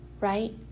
right